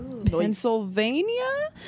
pennsylvania